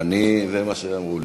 זה מה שאמרו לי,